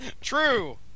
True